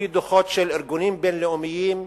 על-פי דוחות של ארגונים בין-לאומיים,